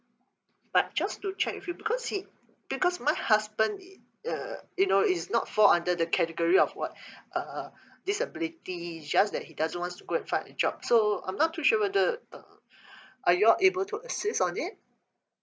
but just to check with you because he because my husband i~ uh you know is not fall under the category of [what] uh disability just that he doesn't want to go and find a job so I'm not too sure whether uh are you all able to assist on it